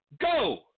go